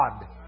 God